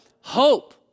Hope